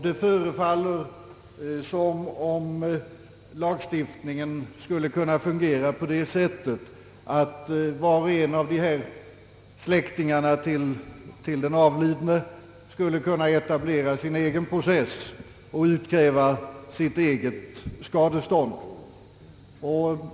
Det förefaller som om lagstiftningen fungerar på det sättet att var och en av dessa släktingar till den avlidne skulle kunna etablera sin egen process och utkräva sitt eget skadestånd.